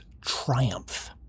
triumph